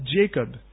Jacob